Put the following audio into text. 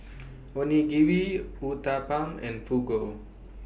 Onigiri Uthapam and Fugu